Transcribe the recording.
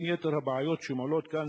בין יתר הבעיות שמועלות כאן,